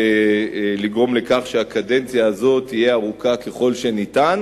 לגרום לכך שהקדנציה הזאת תהיה ארוכה ככל שניתן.